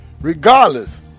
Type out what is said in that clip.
Regardless